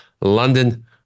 London